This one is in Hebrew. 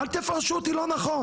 אל תפרשו אותי לא נכון.